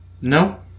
No